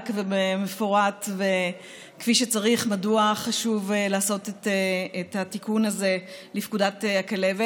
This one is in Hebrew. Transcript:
ובמפורט וכפי שצריך מדוע חשוב לעשות את התיקון הזה לפקודת הכלבת.